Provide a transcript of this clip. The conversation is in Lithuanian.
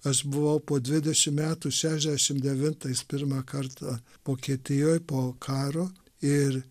aš buvau po dvidešimt metų šešiasdešimt devintais pirmą kartą vokietijoj po karo ir